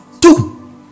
two